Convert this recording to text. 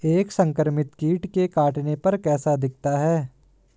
एक संक्रमित कीट के काटने पर कैसा दिखता है?